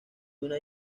una